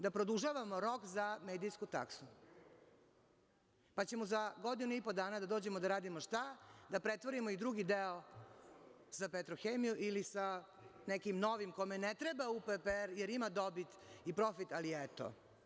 Da produžavamo rok za medijsku taksu, pa ćemo za godinu i po dana da dođemo da radimo šta, da pretvorimo i drugi deo sa Petrohemiju ili sa nekim novim kome ne treba UPPR jer ima dobit i profit, ali eto.